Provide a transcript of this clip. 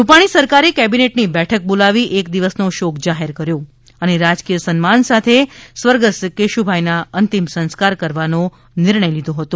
રૂપાણી સરકારે કેબિનેટની બેઠક બોલાવી એક દિવસનો શોક જાહેર કર્યો હતો અને રાજકીય સન્માન સાથે સ્વર્ગસ્થ કેશુભાઈના અંતિમ સંસ્કાર કરવાનો નિર્ણય લીધો હતો